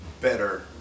better